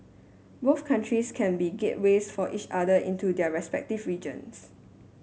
both countries can be gateways for each other into their respective regions